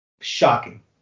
shocking